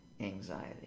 anxiety